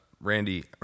randy